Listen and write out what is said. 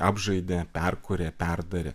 apžaidė perkūrė perdarė